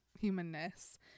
humanness